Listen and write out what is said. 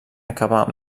acabar